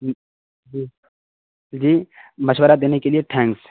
جی جی مشورہ دینے کے لیے تھینکس